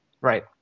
Right